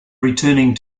returning